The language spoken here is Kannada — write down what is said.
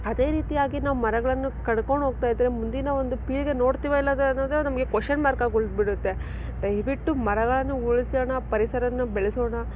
ಅದೇ ರೀತಿಯಾಗಿ ನಾವು ಮರಗಳನ್ನು ಕಡ್ಕೊಂಡೋಗ್ತಾ ಇದ್ದರೆ ಮುಂದಿನ ಒಂದು ಪೀಳಿಗೆ ನೋಡ್ತಿವೋ ಇಲ್ಲವೊ ಅನ್ನೋದೆ ನಮಗೆ ಕ್ವೆಶ್ಚನ್ ಮಾರ್ಕ್ ಆಗಿ ಉಳ್ದು ಬಿಡುತ್ತೆ ದಯವಿಟ್ಟು ಮರಗಳನ್ನು ಉಳಿಸೋಣ ಪರಿಸರವನ್ನು ಬೆಳೆಸೋಣ